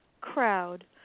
crowd